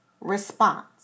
response